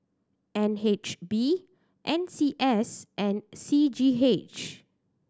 N H B N C S and C G H